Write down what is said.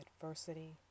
adversity